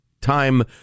time